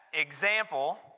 example